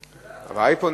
באייפונים.